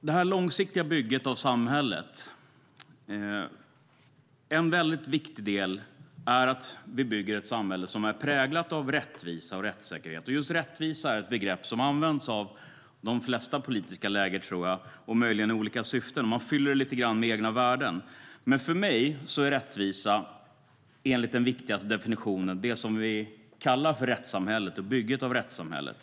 Det är viktigt att vi bygger ett samhälle som är präglat av rättvisa och rättssäkerhet. Rättvisa är ett begrepp som används av de flesta politiska läger, men möjligen i olika syften. Man fyller det lite grann med egna värden. För mig är den viktigaste definitionen av rättvisa det vi kallar rättssamhället och bygget av rättssamhället.